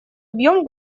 объем